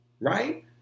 Right